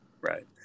Right